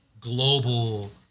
global